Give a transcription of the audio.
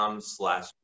slash